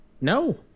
no